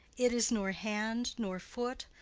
it is nor hand, nor foot,